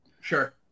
sure